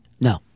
No